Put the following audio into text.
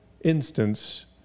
instance